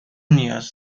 نیاز